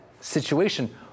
situation